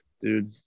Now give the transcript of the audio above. dude